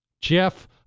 Jeff